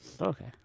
okay